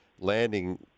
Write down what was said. landing